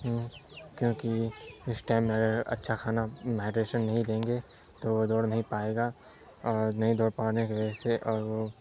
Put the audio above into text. کیونکہ اس ٹائم میں اگر اچھا کھانا ہائڈریشن نہیں دیں گے تو وہ دوڑ نہیں پائے گا اور نہیں دوڑ پانے کی وجہ سے اور وہ